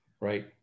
Right